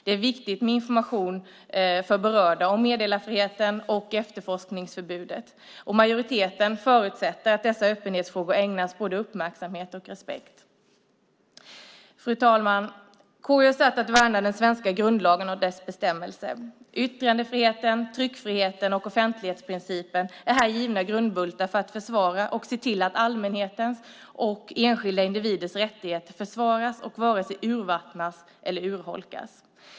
Det är viktigt med information för berörda om meddelarfriheten och efterforskningsförbudet. Majoriteten förutsätter att dessa öppenhetsfrågor ägnas både uppmärksamhet och respekt. Fru talman! KU är satt att värna den svenska grundlagen och dess bestämmelser. Yttrandefriheten, tryckfriheten och offentlighetsprincipen är här givna grundbultar för att se till att allmänhetens och enskilda individers rättigheter försvaras och inte vare sig urvattnats eller urholkas.